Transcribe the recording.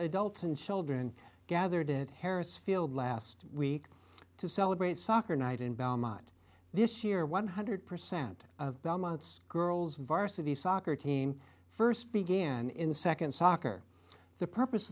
adults and children gathered at harris field last week to celebrate soccer night in belmont this year one hundred percent of belmont's girls varsity soccer team st began in nd soccer the purpose